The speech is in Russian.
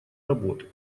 работы